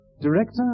Director